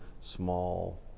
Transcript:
small